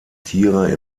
tiere